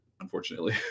unfortunately